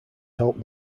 help